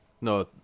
No